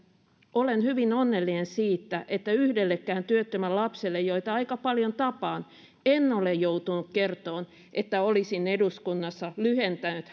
olen hyvin onnellinen siitä että yhdellekään työttömän lapselle joita aika paljon tapaan en ole joutunut kertomaan että olisin eduskunnassa lyhentänyt